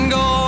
go